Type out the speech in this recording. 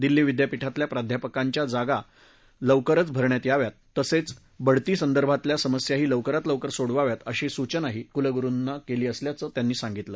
दिल्ली विद्यापीठातल्या प्राध्यापकांच्या रिक्त जागा लवकरात लवकर भराव्यात तसेच बढती संदर्भातल्या समस्याही लवकरात लवकर सोडवाव्यात अशी सूचनाही कुलगुरूंना केली असल्याचं त्यांनी सांगितलं